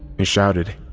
he shouted,